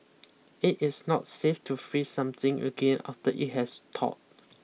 it is not safe to freeze something again after it has thawed